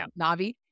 navi